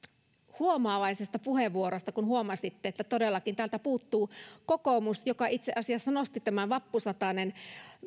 huomaavaisesta puheenvuorosta kun huomasitte että todellakin täältä puuttuu kokoomus joka itse asiassa nosti esiin tämän vappusatanen